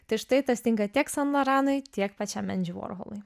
tai štai tas tinka tiek saint laurentui tiek pačiam endžiui vorholui